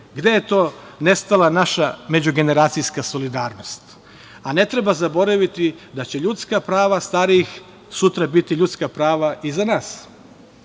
Gde je to nestala naša međugeneracijska solidarnost? Ne treba zaboraviti da će ljudska prava starijih sutra biti ljudska prava i za nas.